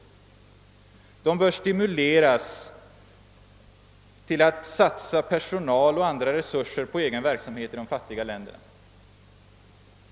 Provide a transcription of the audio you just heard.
De bör stimuleras till att satsa personal och andra resurser på egen verksamhet i de fattiga länderna.